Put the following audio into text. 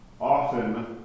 often